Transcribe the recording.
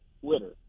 Twitter